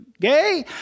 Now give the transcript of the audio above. gay